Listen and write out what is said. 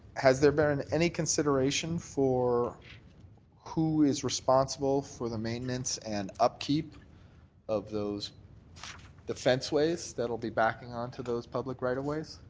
has there been any consideration for who is responsible for the maintenance and upkeep of those defence ways that will be backing onto those public right of ways?